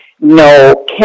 no